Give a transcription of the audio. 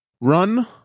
Run